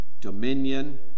dominion